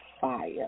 fire